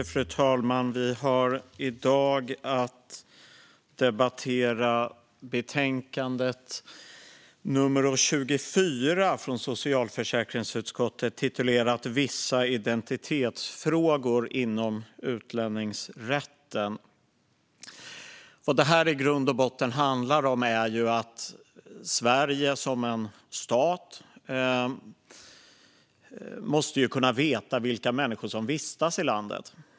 Fru talman! Vi debatterar nu socialförsäkringsutskottets betänkande 24 Vissa identitetsfrågor inom utlänningsrätten . Det handlar i grund botten om att Sverige som stat måste kunna veta vilka människor som vistas i landet.